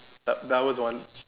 that that was one